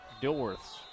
Dilworth's